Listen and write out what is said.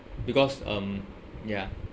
because um ya